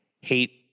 hate